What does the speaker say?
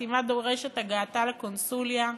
והחתימה דורשת הגעתה לקונסוליה.